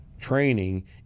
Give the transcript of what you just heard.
training